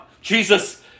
Jesus